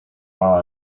while